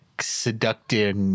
seductive